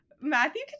Matthew